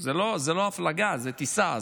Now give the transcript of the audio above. זה לא הפלגה, זו טיסה.